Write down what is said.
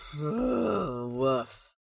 woof